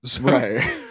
right